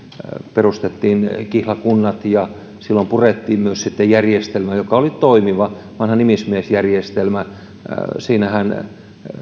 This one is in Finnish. perustettiin kihlakunnat ja silloin myös purettiin järjestelmä joka oli toimiva vanha nimismiesjärjestelmä siinähän